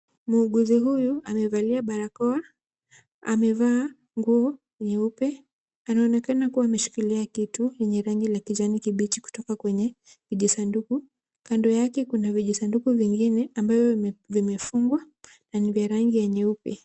Muuguzi huyu amevalia barakoa, amevaa nguo nyeupe. Anaonekana kuwa ameshikilia kitu yenye rangi la kijani kibichi kutoka kwenye vijisanduku. Kando yake kuna vijisanduku vingine ambayo vimefungwa, na ni vya rangi ya nyeupe.